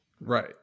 Right